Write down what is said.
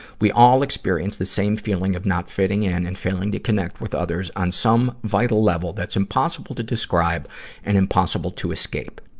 we all experience the same feeling of not fitting in and failing to connect with others on some vital level that's impossible to describe and impossible to escape.